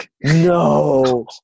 No